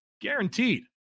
guaranteed